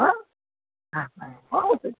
હો હા હા હો